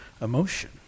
emotion